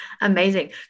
Amazing